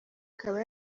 ikaba